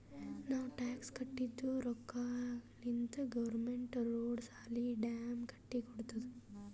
ನಾವ್ ಟ್ಯಾಕ್ಸ್ ಕಟ್ಟಿದ್ ರೊಕ್ಕಾಲಿಂತೆ ಗೌರ್ಮೆಂಟ್ ರೋಡ್, ಸಾಲಿ, ಡ್ಯಾಮ್ ಕಟ್ಟಿ ಕೊಡ್ತುದ್